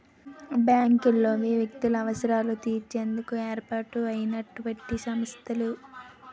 బ్యాంకులనేవి వ్యక్తుల అవసరాలు తీర్చేందుకు ఏర్పాటు అయినటువంటి సంస్థలు